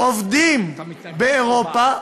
עובדים באירופה,